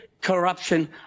corruption